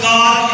God